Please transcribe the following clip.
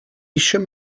eisiau